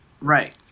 Right